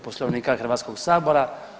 Poslovnika Hrvatskog sabora.